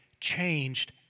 changed